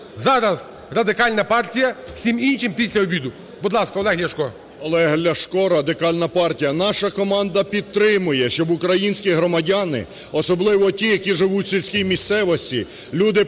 Зараз Радикальна партія, всім іншим – після обіду. Будь ласка, Олег Ляшко. 14:07:02 ЛЯШКО О.В. Олег Ляшко, Радикальна партія. Наша команда підтримує, щоб українські громадяни, особливо ті, які живуть в сільській місцевості, люди похилого